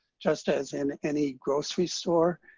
just as in any grocery store,